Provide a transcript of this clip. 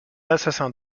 assassin